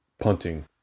punting